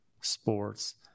sports